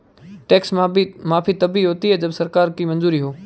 tax माफी तभी होती है जब सरकार की मंजूरी हो